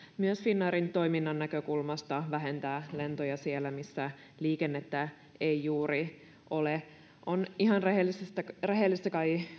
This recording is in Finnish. myös finnairin toiminnan näkökulmasta vähentää lentoja siellä missä liikennettä ei juuri ole on kai ihan rehellistä rehellistä